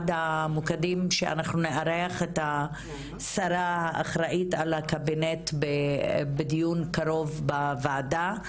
המוקדים שאנחנו נארח את השרה האחראית על הקבינט בדיון קרוב בוועדה,